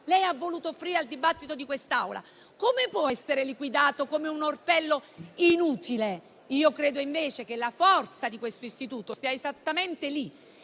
ha voluto offrire al dibattito di quest'Assemblea? Come può essere liquidato come un orpello inutile? Credo invece che la forza di questo istituto sia esattamente lì